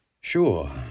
Sure